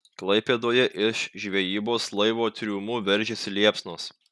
klaipėdoje iš žvejybos laivo triumų veržėsi liepsnos